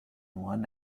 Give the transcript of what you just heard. one